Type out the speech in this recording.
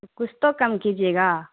کچھ تو کم کیجیے گا